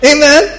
Amen